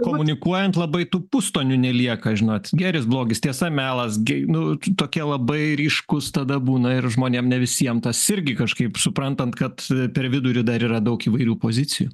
komunikuojant labai tų pustonių nelieka žinot gėris blogis tiesa melas gi nu tokie labai ryškūs tada būna ir žmonėms ne visiems tas irgi kažkaip suprantant kad per vidurį dar yra daug įvairių pozicijų